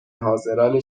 حاضران